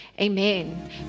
Amen